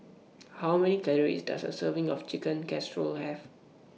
How Many Calories Does A Serving of Chicken Casserole Have